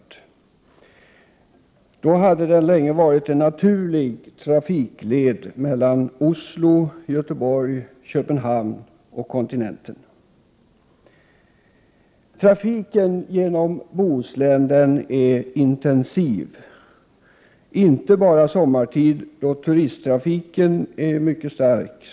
Denna bana skulle då sedan länge ha varit en naturlig trafikled mellan Oslo, Göteborg, Köpenhamn och kontinenten. Trafiken genom Bohuslän är intensiv. Det gäller inte bara sommartid då turisttrafiken, som bekant, är mycket stark.